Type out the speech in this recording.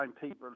people